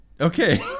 Okay